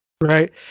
right